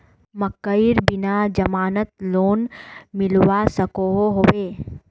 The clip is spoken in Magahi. मकईर बिना जमानत लोन मिलवा सकोहो होबे?